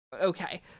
Okay